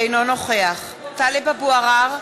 אינו נוכח טלב אבו עראר,